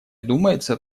думается